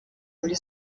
muri